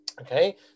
Okay